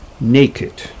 naked